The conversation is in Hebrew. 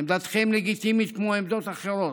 עמדתכם לגיטימית כמו עמדות אחרות.